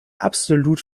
absolut